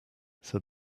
said